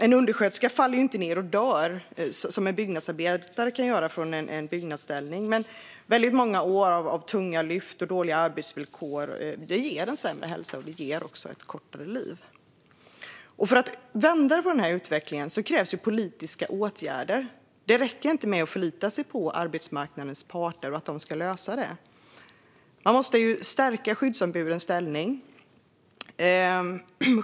En undersköterska faller ju inte död ned från en byggställning, som en byggarbetare kan göra, men år av tunga lyft och dåliga arbetsvillkor ger sämre hälsa och kortare liv. För att vända denna utveckling krävs politiska åtgärder. Det räcker inte med att förlita sig på att arbetsmarknadens parter ska lösa det. Skyddsombudens ställning måste stärkas.